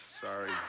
Sorry